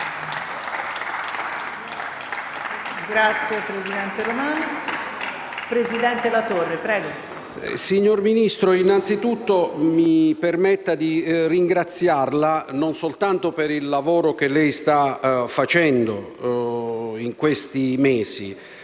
Signor Ministro, innanzitutto mi permetta di ringraziarla non soltanto per il lavoro che sta facendo in questi mesi,